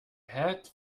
had